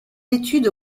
études